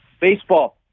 baseball